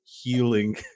healing